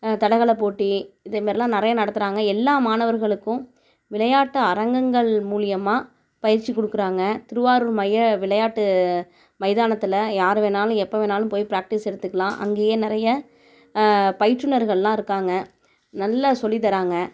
தடகள போட்டி இதே மாரிலாம் நிறையா நடத்துகிறாங்க எல்லா மாணவர்களுக்கும் விளையாட்டு அரங்கங்கள் மூலயமா பயிற்சி கொடுக்குறாங்க திருவாரூர் மைய விளையாட்டு மைதானத்தில் யார் வேணாலும் எப்போ வேணாலும் போய் ப்ராக்டிஸ் எடுத்துக்கலாம் அங்கேயே நிறைய பயிற்றுனர்களெலாம் இருக்காங்க நல்லா சொல்லித் தராங்க